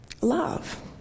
love